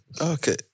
Okay